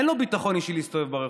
אין לו ביטחון אישי להסתובב ברחוב.